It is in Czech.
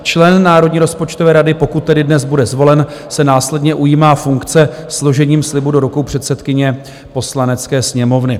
Člen Národní rozpočtové rady, pokud tedy dnes bude zvolen, se následně ujímá funkce složením slibu do rukou předsedkyně Poslanecké sněmovny.